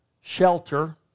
shelter